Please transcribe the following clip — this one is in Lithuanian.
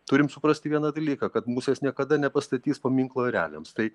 turim suprasti vieną dalyką kad musės niekada nepastatys paminklo ereliams tai